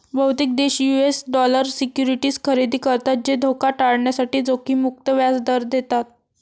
बहुतेक देश US dollar securities खरेदी करतात जे धोका टाळण्यासाठी जोखीम मुक्त व्याज दर देतात